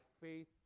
faith